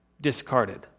discarded